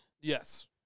Yes